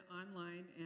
online